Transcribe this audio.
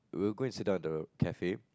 will go and sit down the cafe